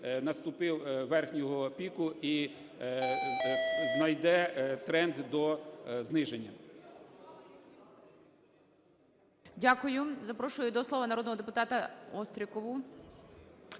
наступив верхнього піку і знайде тренд до зниження.